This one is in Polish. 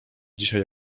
dzisiaj